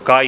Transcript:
kai